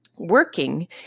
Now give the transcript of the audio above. working